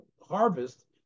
harvest